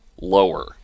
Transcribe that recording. lower